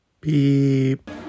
beep